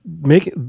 make